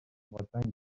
bretagne